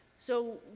so,